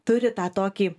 turi tą tokį